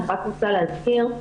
אני רוצה להזכיר,